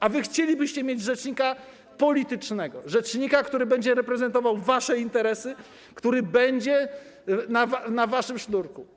A wy chcielibyście mieć rzecznika politycznego, rzecznika, który będzie reprezentował wasze interesy, który będzie na waszym sznurku.